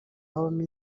habagamo